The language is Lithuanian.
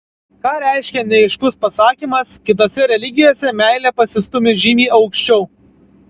ką reiškia neaiškus pasakymas kitose religijose meilė pasistūmi žymiai aukščiau